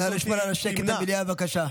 לשמור על השקט במליאה, בבקשה.